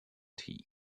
tea